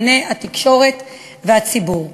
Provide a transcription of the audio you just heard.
לעיני התקשורת והציבור.